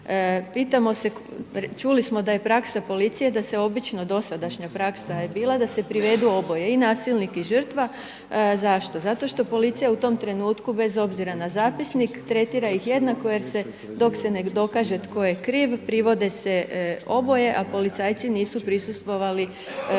Čuli smo da je praksa policije da se obično dosadašnja praksa je bila da se privedu oboje i nasilnik i žrtva. Zašto? Zato što policija u tom trenutku bez obzira na zapisnik tretira ih jednako dok se ne dokaže tko je kriv, privode se oboje, a policajci nisu prisustvovali sceni